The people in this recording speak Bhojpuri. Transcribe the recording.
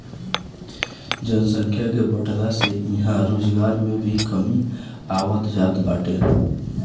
जनसंख्या के बढ़ला से इहां रोजगार में भी कमी आवत जात बाटे